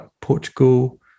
Portugal